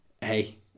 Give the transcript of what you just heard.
Hey